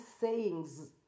sayings